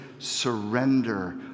surrender